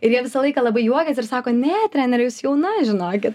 ir jie visą laiką labai juokias ir sako ne trenere jūs jauna žinokit